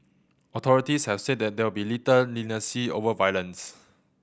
authorities have said there will be little leniency over violence